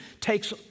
takes